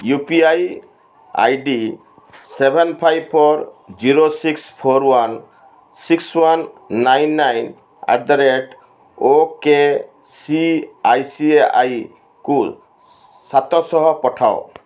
you P I I D seven five four zero six four one six one nine nine at the rate O K ସିଆଇସିଆଇକୁ ସାତ ଶହ ପଠାଅ